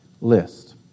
list